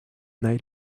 night